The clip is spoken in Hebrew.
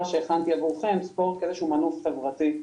שהכנתי עבורכם ספורט כאיזה שהוא מנוף חברתי.